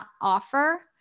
offer